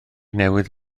newydd